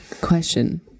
Question